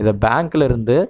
இதை பேங்க்கில் இருந்து